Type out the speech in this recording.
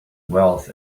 wealth